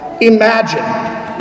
Imagine